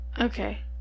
Okay